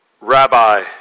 Rabbi